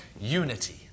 Unity